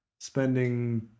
spending